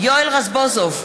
יואל רזבוזוב,